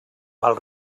val